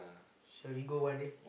shall we go one day